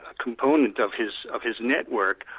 ah component of his of his network.